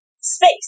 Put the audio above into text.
space